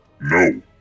No